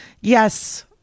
yes